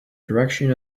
direction